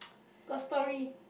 got story